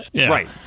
right